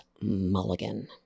Mulligan